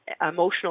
emotional